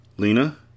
Lena